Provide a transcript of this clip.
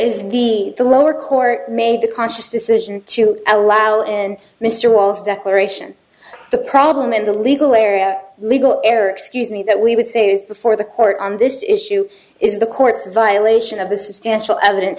is the the lower court made the conscious decision to allow in mr wells declaration the problem in the legal area legal error excuse me that we would say was before the court on this issue is the court's violation of the substantial evidence